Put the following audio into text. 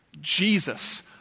Jesus